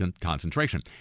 concentration